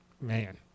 Man